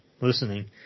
listening